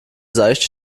seichte